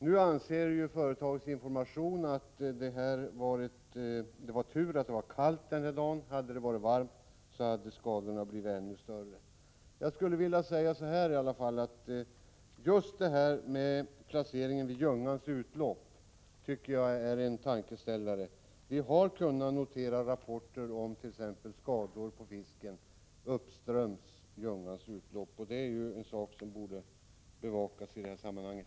I den information som lämnats från företaget framhålls att det var tur att det var kallt den aktuella dagen — hade det varit varmt hade skadorna blivit ännu större. Jag skulle vilja säga att Stockvikverkens placering vid Ljungans utlopp innebär en tankeställare. Vi har kunnat notera rapporter om t.ex. skador på fisk uppströms Ljungans utlopp. Det är något som borde bevakas i det här sammanhanget.